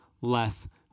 less